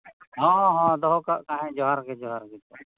ᱦᱚᱸ ᱦᱚᱸ ᱫᱚᱦᱚ ᱠᱟᱜ ᱠᱟᱹᱱᱟᱹᱧ ᱡᱚᱦᱟᱨ ᱜᱨ ᱡᱚᱦᱟᱨ ᱜᱮ ᱡᱚᱦᱟᱨ